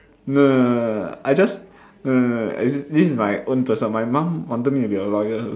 no no no no no I just no no no no this is my own personal my mom wanted me to be a lawyer